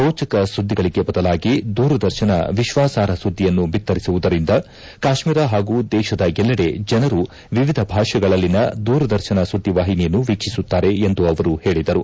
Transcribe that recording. ರೋಚಕ ಸುದ್ದಿಗಳಿಗೆ ಬದಲಾಗಿ ದೂರದರ್ಶನ ವಿಶ್ವಾಸಾರ್ಹ ಸುದ್ದಿಯನ್ನು ಬಿತ್ತರಿಸುವುದರಿಂದ ಕಾಶ್ವೀರ ಹಾಗೂ ದೇಶದ ಎಲ್ಲೆಡೆ ಜನರು ವಿವಿಧ ಭಾಷೆಗಳಲ್ಲಿನ ದೂರದರ್ಶನ ಸುದ್ಲಿವಾಹಿನಿಯನ್ನು ವೀಕ್ಷಿಸುತ್ತಾರೆ ಎಂದು ಅವರು ಹೇಳಿದರು